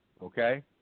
Okay